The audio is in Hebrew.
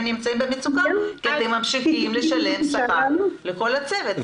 נמצאים במצוקה כי אתם ממשיכים לשלם שכר לכל הצוות,